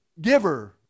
giver